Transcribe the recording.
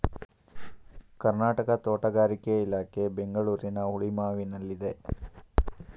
ಕರ್ನಾಟಕ ತೋಟಗಾರಿಕೆ ಇಲಾಖೆ ಬೆಂಗಳೂರಿನ ಹುಳಿಮಾವಿನಲ್ಲಿದೆ